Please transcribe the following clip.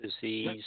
disease